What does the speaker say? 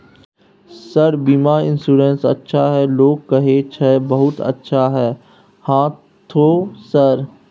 Sir बीमा insurance अच्छा है लोग कहै छै बहुत अच्छा है हाँथो सर?